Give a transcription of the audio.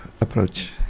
approach